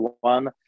one